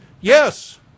Yes